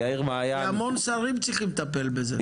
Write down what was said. כי המון שרים צריכים לטפל בזה.